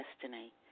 destiny